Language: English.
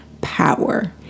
power